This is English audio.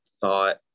thought